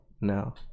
No